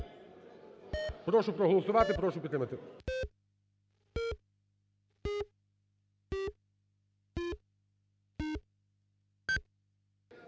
Прошу проголосувати. Прошу підтримати.